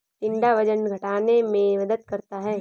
टिंडा वजन घटाने में मदद करता है